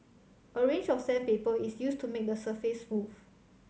a range of sandpaper is used to make the surface smooth